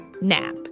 NAP